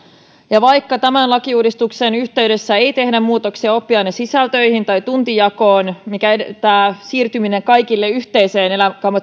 ja vaikka tämän lakiuudistuksen yhteydessä ei tehdä muutoksia oppiainesisältöihin tai tuntijakoon mitä siirtyminen kaikille yhteiseen